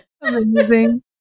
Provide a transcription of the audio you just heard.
Amazing